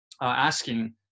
asking